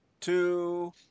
two